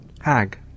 HAG